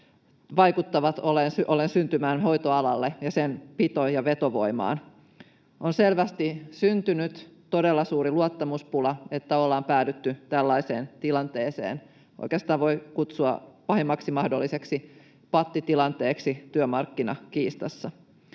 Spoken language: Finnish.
vaikuttavat syntyneen hoitoalalle ja sen pito- ja vetovoimaan. On selvästi syntynyt todella suuri luottamuspula, että ollaan päädytty tällaiseen tilanteeseen — oikeastaan tätä voi kutsua pahimmaksi mahdolliseksi pattitilanteeksi työmarkkinakiistassa.